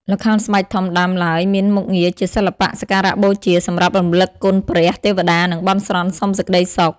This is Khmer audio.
ល្ខោនស្បែកធំដើមឡើយមានមុខងារជាសិល្បៈសក្ការៈបូជា សម្រាប់រំលឹកគុណព្រះ ទេវតា និងបន់ស្រន់សុំសេចក្ដីសុខ ។